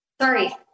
Sorry